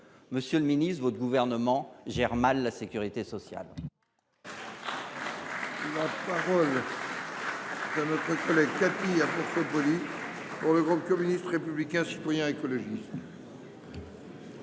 Monsieur le ministre, votre gouvernement gère mal la sécurité sociale. La parole est à Mme Cathy Apourceau Poly, pour le groupe Communiste Républicain Citoyen et Écologiste